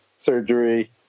surgery